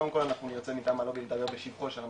קודם כל אני רוצה מטעם הלובי לדבר בשבחו של המוקד,